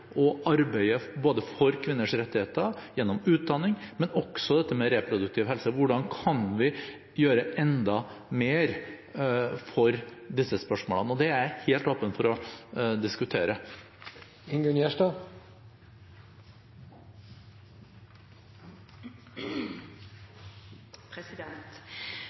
for kvinners rettigheter gjennom utdanning, men også dette med reproduktiv helse. Hvordan kan vi gjøre enda mer for disse spørsmålene? Og det er jeg helt åpen for å diskutere.